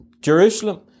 Jerusalem